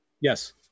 Yes